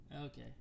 Okay